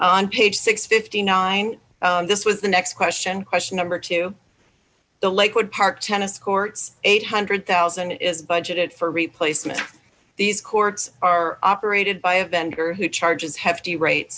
on page six fifty nine this was the next question question number two the lakewood park tennis courts eight hundred thousand is budgeted for replacement these courts are operated by a vendor who charges hefty rate